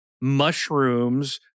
mushrooms